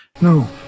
no